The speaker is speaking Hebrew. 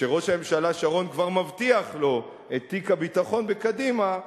כשראש הממשלה שרון כבר מבטיח לו את תיק הביטחון בקדימה,